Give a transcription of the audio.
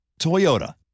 Toyota